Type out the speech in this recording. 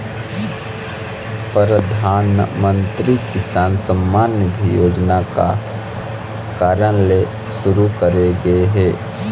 परधानमंतरी किसान सम्मान निधि योजना का कारन ले सुरू करे गे हे?